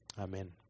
Amen